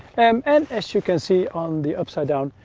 and as you can see on the upside down,